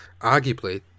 arguably